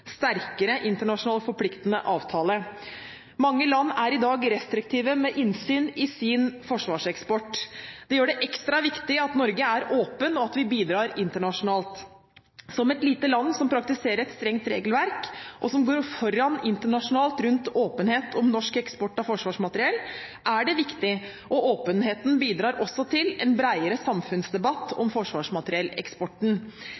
sterkere internasjonal forpliktende avtale. Mange land er i dag restriktive med innsyn i sin forsvarseksport. Det gjør det ekstra viktig at Norge er åpen og at vi bidrar internasjonalt. Som et lite land som praktiserer et strengt regelverk, og som går foran internasjonalt med hensyn til åpenhet om norsk eksport av forsvarsmateriell, er det viktig. Åpenheten bidrar også til en bredere samfunnsdebatt